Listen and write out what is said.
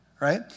right